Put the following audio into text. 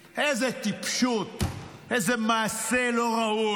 איזו טיפשות, איזה מעשה לא ראוי.